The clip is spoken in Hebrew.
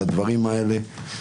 בדברים האלה,